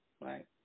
right